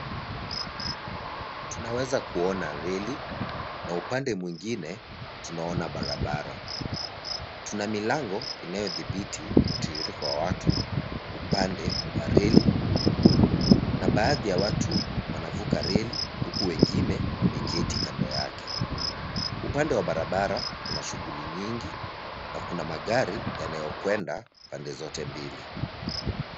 Tunaweza kuona reli na upande mwingine tunaona barabara. Tuna milango inayothibiti mtiririko wa watu upande wa reli na baadhi ya watu wanavuka reli, huku wengine wameketi kando yake. Upande wa barabara kuna shughuli nyingi na kuna magari yanayokwenda pande zote mbili.